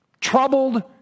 troubled